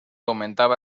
aumentaba